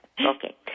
Okay